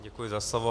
Děkuji za slovo.